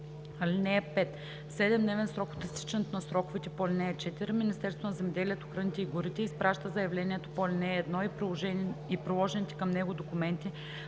дни. (5) В 7-дневен срок от изтичането на сроковете по ал. 4 Министерството на земеделието, храните и горите изпраща заявлението по ал. 1 и приложените към него документи